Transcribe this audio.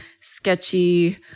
sketchy